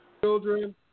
children